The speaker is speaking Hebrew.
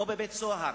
או בבית-סוהר,